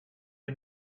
had